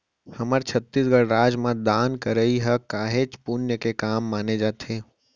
हमर छत्तीसगढ़ राज म दान करई ह काहेच पुन्य के काम माने जाथे